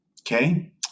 Okay